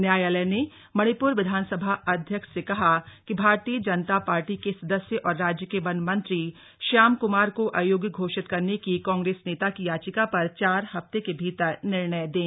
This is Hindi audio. न्यायालय ने मणिपुर विधानसभा अध्यक्ष से कहा कि भारतीय जनता पार्टी के सदस्य और राज्य के वन मंत्री श्याम कुमार को अयोग्य घोषित करने की कांग्रेस नेता की याचिका पर चार हफ्ते के भीतर निर्णय दें